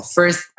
First